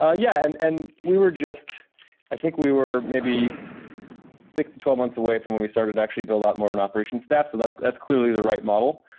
ah yeah, and and we were just i think we were maybe six to twelve months away from when we started actually build out more of an operation staff. so that's that's clearly the right model.